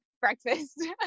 breakfast